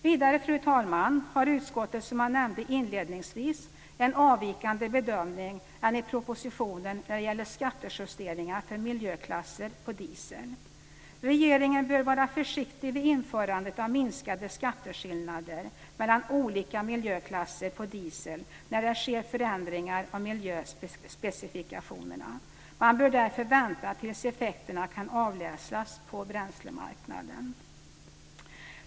Vidare, fru talman, har utskottet, som jag nämnde inledningsvis, en avvikande bedömning än i propositionen när det gäller skattejusteringar för miljöklasser på diesel. Regeringen bör vara försiktig vid införandet av minskade skatteskillnader mellan olika miljöklasser på diesel när det sker förändringar av miljöspecifikationerna. Man bör därför vänta tills effekterna kan avläsas på bränslemarknaden.